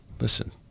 listen